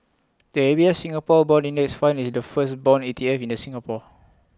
the A B F Singapore Bond index fund is the first Bond E T F in the Singapore